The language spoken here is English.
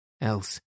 else